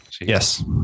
Yes